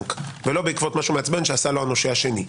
הבנק ולא בעקבות משהו מעצבן שעשה לו הנושה השני.